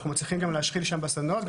אנחנו מצליחים גם להצליח להשחיל שם בסדנאות גם